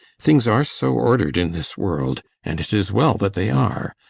things are so ordered in this world and it is well that they are.